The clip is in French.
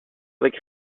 avec